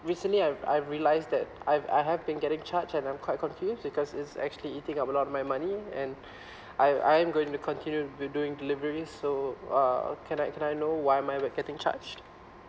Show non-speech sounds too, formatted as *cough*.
recently I've I've realised that I've I have been getting charged and I'm quite confused because it's actually eating up a lot my money and *breath* I I am going to continue doing delivery so uh can I can I know why am I getting charged